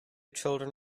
children